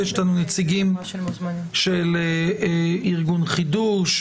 ויש לנו נציגים של ארגון חדו"ש,